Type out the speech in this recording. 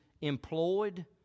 employed